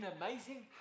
amazing